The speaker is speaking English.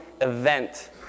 event